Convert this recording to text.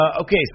Okay